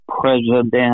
president